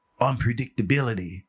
unpredictability